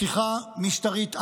הפיכה משטרית out,